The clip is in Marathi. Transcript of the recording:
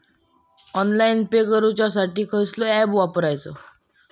ऑनलाइन पे करूचा साठी कसलो ऍप वापरूचो?